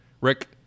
Rick